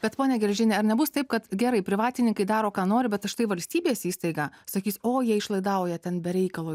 bet pone gelžini ar nebus taip kad gerai privatininkai daro ką nori bet štai valstybės įstaiga sakys o jie išlaidauja ten be reikalo